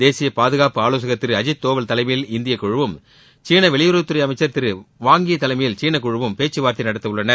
தேசிய பாதுகாப்பு ஆலோசகர் திரு அஜித் தோவல் தலைமையில் இந்திய குழுவும் சீன வெளியுறவுத் துறை அமைச்சர் திரு வாங் இ தலைமையில் சீன குழுவும் பேச்சுவார்த்தை நடத்தவுள்ளனர்